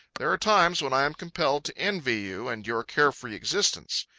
there are times when i am compelled to envy you and your carefree existence.